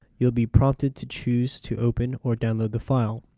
you'll be prompted to choose to open or download the file.